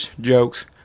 jokes